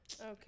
Okay